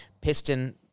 piston